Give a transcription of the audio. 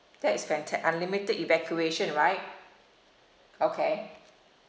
that is fanta~ unlimited evacuation right okay